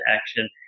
action